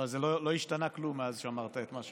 לא השתנה כלום מאז שאמרת את מה שאמרת.